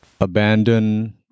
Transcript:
abandon